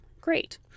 Great